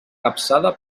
capçada